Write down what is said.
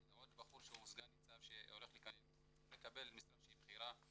עוד בחור שהוא סגן ניצב שעומד לקבל משרה בכירה.